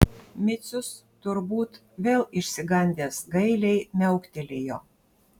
micius turbūt vėl išsigandęs gailiai miauktelėjo